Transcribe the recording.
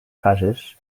fases